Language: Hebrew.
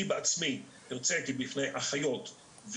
אני בעצמי הרצתי בפני אחיות,